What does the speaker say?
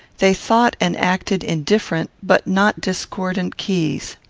they thought and acted in different but not discordant keys.